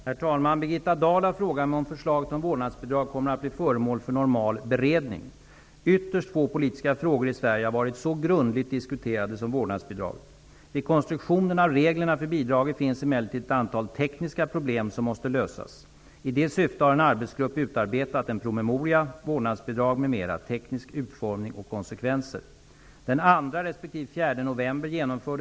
Herr talman! Birgitta Dahl har frågat mig om förslaget om vårdnadsbidrag kommer att bli föremål för normal beredning. Ytterst få politiska frågor i Sverige har varit så grundligt diskuterade som vårdnadsbidraget. Vid konstruktionen av reglerna för bidraget finns emellertid ett antal tekniska problem som måste lösas. I det syftet har en arbetsgrupp utarbetat en promemoria: Vårdnadsbidrag m.m. Teknisk utformning och konsekvenser.